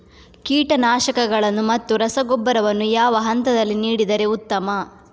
ಕೀಟನಾಶಕಗಳನ್ನು ಮತ್ತು ರಸಗೊಬ್ಬರವನ್ನು ಯಾವ ಹಂತದಲ್ಲಿ ನೀಡಿದರೆ ಉತ್ತಮ?